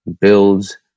builds